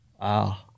Wow